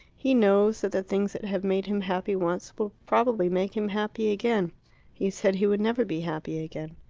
he knows that the things that have made him happy once will probably make him happy again he said he would never be happy again.